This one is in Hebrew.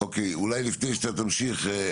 אולי לפני שאתה תמשיך,